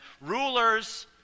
Rulers